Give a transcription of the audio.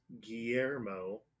Guillermo